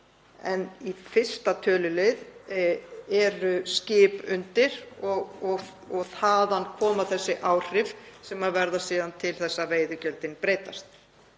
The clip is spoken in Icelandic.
en í 1. tölulið eru skip undir og þaðan koma þessi áhrif sem verða síðan til þess að veiðigjöldin breytast.